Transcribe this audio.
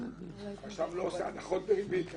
הרשם לא עושה הנחות בריבית,